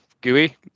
gooey